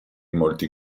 molti